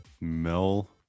mel